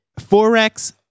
Forex